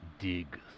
Dig